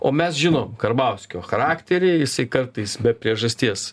o mes žinom karbauskio charakterį jisai kartais be priežasties